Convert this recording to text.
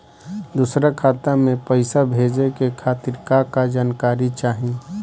दूसर खाता में पईसा भेजे के खातिर का का जानकारी चाहि?